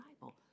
Bible